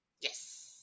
Yes